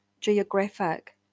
geographic